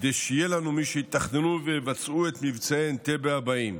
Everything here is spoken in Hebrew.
כדי שיהיה לנו מי שיתכננו ויבצעו את מבצעי אנטבה הבאים,